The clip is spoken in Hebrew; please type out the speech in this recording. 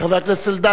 של חבר הכנסת אלדד,